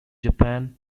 japan